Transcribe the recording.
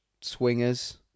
Swingers